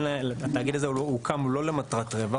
התאגיד הזה הוקם לא למטרת רווח.